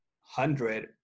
hundred